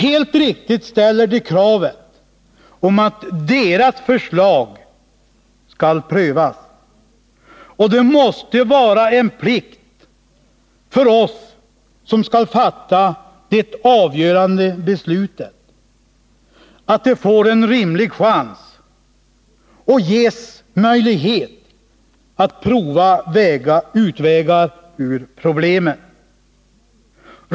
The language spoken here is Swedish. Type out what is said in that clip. Helt riktigt ställer de kravet att deras förslag skall prövas, och det måste vara en plikt, för oss som skall fatta det avgörande beslutet, att se till att de får en rimlig chans och ges möjlighet att pröva utvägar ur problemen.